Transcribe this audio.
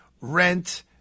Rent